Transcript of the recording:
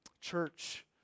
Church